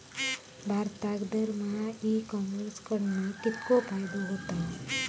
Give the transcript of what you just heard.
भारतात दरमहा e commerce कडणा कितको फायदो होता?